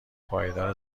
پایدار